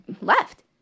left